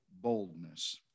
boldness